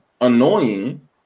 annoying